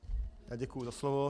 Děkuji za slovo.